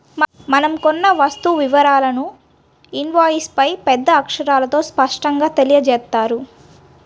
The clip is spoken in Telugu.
మనం కొన్న వస్తువు వివరాలను ఇన్వాయిస్పై పెద్ద అక్షరాలతో స్పష్టంగా తెలియజేత్తారు